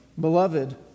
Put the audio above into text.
Beloved